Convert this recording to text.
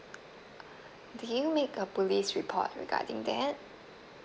did you make a police report regarding that